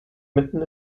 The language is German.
mitten